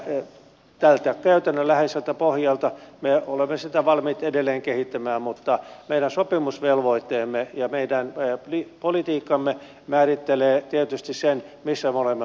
elikkä tältä käytännönläheiseltä pohjalta me olemme sitä valmiit edelleen kehittämään mutta meidän sopimusvelvoitteemme ja meidän politiikkamme määrittelee tietysti sen missä me olemme mukana